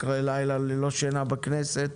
אחרי לילה ללא שינה בכנסת.